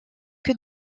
que